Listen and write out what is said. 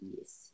Yes